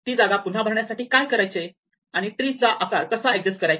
ती जागा पुन्हा भरण्या साठी काय करायचे आणि ट्री चा आकार कसा एडजस्ट करायचा